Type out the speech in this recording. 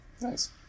nice